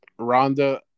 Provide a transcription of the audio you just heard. Rhonda